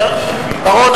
בר-און,